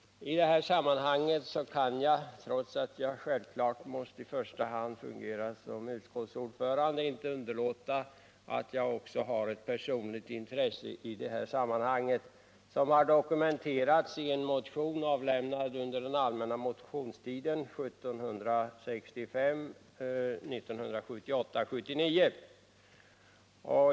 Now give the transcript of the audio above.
I detta sammanhang kan jag, trots att jag självfallet i första hand måste fungera som utskottets ordförande, inte underlåta att nämna att jag också har ett personligt intresse i detta sammanhang, som har dokumenterat sig i motionen 1978/79:1765, avlämnad under den allmänna motionstiden.